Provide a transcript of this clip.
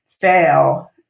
fail